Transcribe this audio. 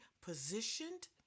positioned